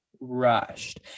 rushed